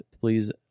please